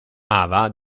ava